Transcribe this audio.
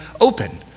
open